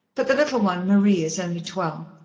but the little one, marie, is only twelve.